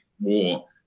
war